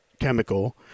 chemical